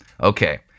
Okay